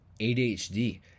ADHD